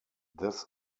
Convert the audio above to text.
this